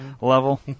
level